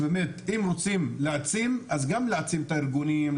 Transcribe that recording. אם רוצים להעצים צריך להעצים גם את הארגונים,